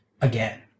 again